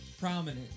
Prominent